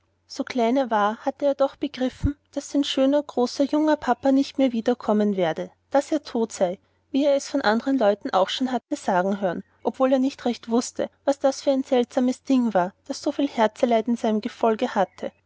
so klein er war hatte er doch begriffen daß sein großer schöner junger papa nicht mehr wiederkommen werde daß er tot sei wie er es von andern leuten auch schon hatte sagen hören obwohl er nicht recht wußte was das für ein seltsames ding war das so viel herzeleid in seinem gefolge hatte